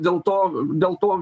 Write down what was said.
dėl to dėl to